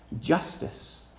Justice